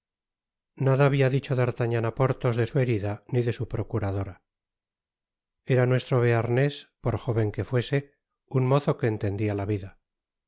nada habia dicho d'artagnan á porthos de su herida ni de su procuradora era nuestro beanws por jóven que fuese un mozo que entendia la vida